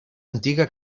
antiga